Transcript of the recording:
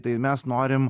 tai mes norim